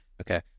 okay